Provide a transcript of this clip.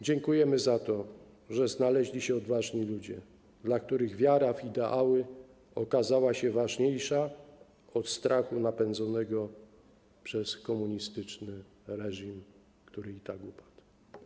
Dziękujemy za to, że znaleźli się odważni ludzie, dla których wiara w ideały okazała się ważniejsza od strachu napędzonego przez komunistyczny reżim, który i tak upadł.